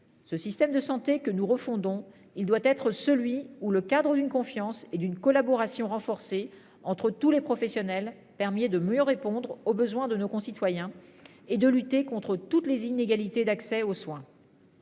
Ce système de santé que nous refont dont il doit être celui où le cadre une confiance et d'une collaboration renforcée entre tous les professionnels, permet de mieux répondre aux besoins de nos concitoyens et de lutter contre toutes les inégalités d'accès aux soins.